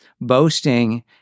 boasting